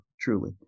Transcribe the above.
truly